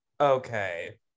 Okay